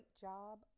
job